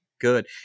good